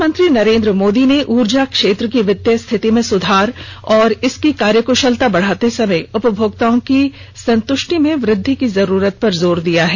प्रधानमंत्री नरेंद्र मोदी ने ऊर्जा क्षेत्र की वित्तीय स्थिति में सुधार और इसकी कार्य कुशलता बढ़ाते समय उपमोक्ताओं की संत्रष्टि में वृद्धि की जरूरत पर जोर दिया है